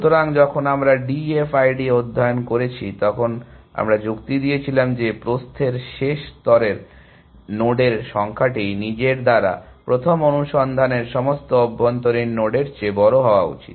সুতরাং যখন আমরা D F I D অধ্যয়ন করেছি তখন আমরা যুক্তি দিয়েছিলাম যে প্রস্থের শেষ স্তরের নোডের সংখ্যাটি নিজের দ্বারা প্রথম অনুসন্ধানের সমস্ত অভ্যন্তরীণ নোডের চেয়ে বড় হওয়া উচিত